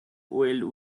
oiled